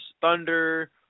Thunder